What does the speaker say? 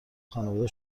خانواده